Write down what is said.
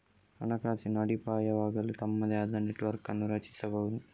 ಹಣಕಾಸಿನ ಅಡಿಪಾಯವಾಗಲು ತಮ್ಮದೇ ಆದ ನೆಟ್ವರ್ಕ್ ಅನ್ನು ರಚಿಸಬಹುದು